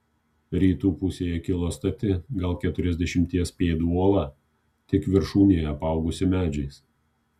rytų pusėje kilo stati gal keturiasdešimties pėdų uola tik viršūnėje apaugusi medžiais